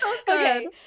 Okay